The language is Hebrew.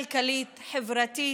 כלכלית, חברתית,